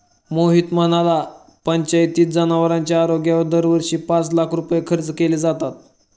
मोहित म्हणाला, पंचायतीत जनावरांच्या आरोग्यावर दरवर्षी पाच लाख रुपये खर्च केले जातात